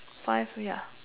five ya